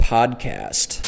Podcast